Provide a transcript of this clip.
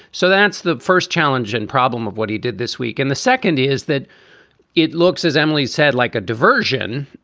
so that's the first challenge and problem of what he did this week. and the second is that it looks, as emilie's said, like a diversion.